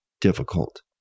difficult